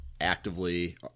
actively